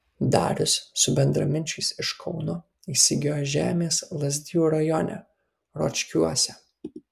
darius su bendraminčiais iš kauno įsigijo žemės lazdijų rajone ročkiuose